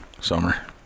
summer